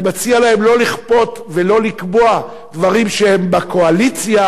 אני מציע להן לא לכפות ולא לקבוע דברים כשהם בקואליציה,